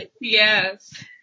Yes